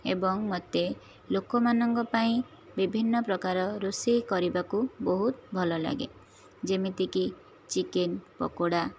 ଏବଂ ମୋତେ ଲୋକମାନଙ୍କ ପାଇଁ ବିଭିନ୍ନ ପ୍ରକାର ରୋଷେଇ କରିବାକୁ ବହୁତ ଭଲ ଲାଗେ ଯେମିତିକି ଚିକେନ ପକୋଡ଼ା